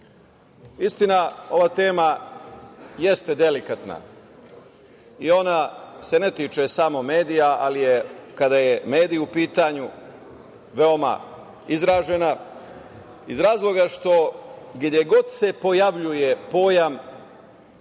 nivoa. Istina, ova tema jeste delikatna i ona se ne tiče samo medija, ali je, kada je medij u pitanju, veoma izražena, iz razloga što gde god se pojavljuje pojam